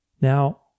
Now